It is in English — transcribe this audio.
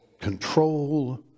control